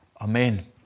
Amen